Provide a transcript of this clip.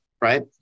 right